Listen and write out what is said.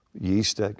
yeast